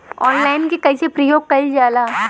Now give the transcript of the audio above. Online के कइसे प्रयोग कइल जाला?